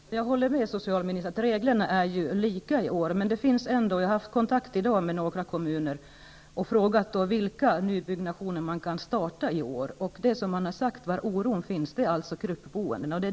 Herr talman! Jag håller med socialministern om att reglerna i år är desamma. Jag har i dag haft kontakt med några kommuner och frågat vilka nybyggen man kan starta i år, och det som man är orolig för är gruppboendet.